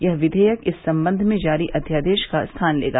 यह क्वियक इस संबंध में जारी अध्यादेश का स्थान लेगा